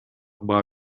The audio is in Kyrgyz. баа